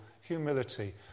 humility